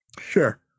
Sure